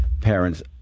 parents